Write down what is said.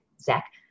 Zach